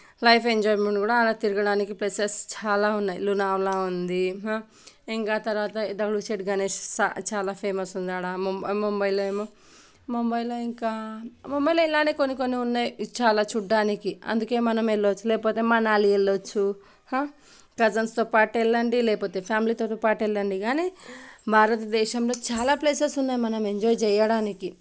life enjoyment కూడా ఆడ తిరగడానికి ప్లేసెస్ చాలా ఉన్నాయి లూనావాలా ఉంది ఇంకా తర్వాత దగద్ శేత్ గణేష్ చాలా ఫేమస్ ఉంది ఆడ ముంబై ముంబైలో ఏమో ముంబైలో ఇంకా ముంబైలో ఇలాగే కొన్ని కొన్ని ఉన్నాయి చాలా చూడడానికి అందుకే మనం వెళ్ళచ్చు లేకపోతే మనాలి వెళ్ళచ్చు కజిన్స్తో పాటు వెళ్ళండి లేకపోతే ఫ్యామిలీతో పాటు వెళ్ళండి కానీ భారతదేశంలో చాలా ప్లేసెస్ ఉన్నాయి మనం ఎంజాయ్ చేయడానికి అందుకే